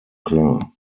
klar